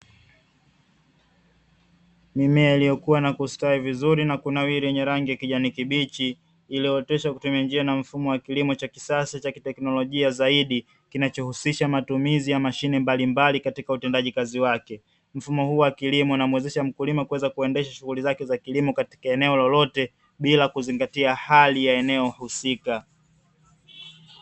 Mimea iliyokua na kustawi vizuri na kunawiri yenye rangi kijani kibichi, iliyootesha kwenye njia na mfumo wa kilimo cha kisasa cha teknolojia zaidi, kinachohusisha matumizi ya mashine mbalimbali katika utendaji kazi wake. Mfumo huu wa kilimo unamuwezesha mkulima kuweza kuendesha shughuli zake za kilimo katika eneo lolote, bila kuzingatia hali ya eneo husika.